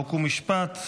חוק ומשפט.